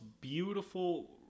beautiful